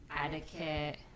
etiquette